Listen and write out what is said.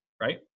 right